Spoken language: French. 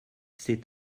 c’est